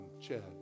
Chad